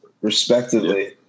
respectively